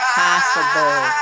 possible